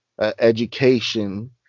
education